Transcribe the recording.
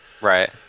Right